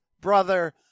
brother